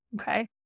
Okay